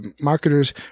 marketers